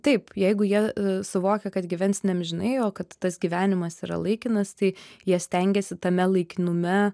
taip jeigu jie suvokia kad gyvens ne amžinai o kad tas gyvenimas yra laikinas tai jie stengėsi tame laikinume